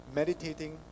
meditating